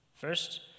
First